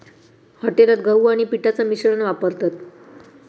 हॉटेलात गहू आणि पिठाचा मिश्रण वापरतत